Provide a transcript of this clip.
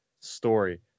story